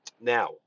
now